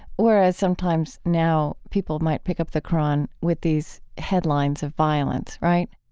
whereas sometimes, now, people might pick up the qur'an with these headlines of violence, right?